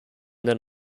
then